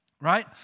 Right